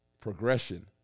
progression